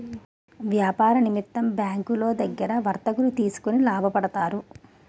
వ్యాపార నిమిత్తం బ్యాంకులో దగ్గర వర్తకులు తీసుకొని లాభపడతారు